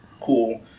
cool